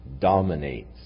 dominates